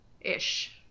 Ish